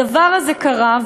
הדבר הזה קרה,